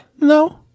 No